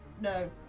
no